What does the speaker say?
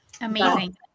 Amazing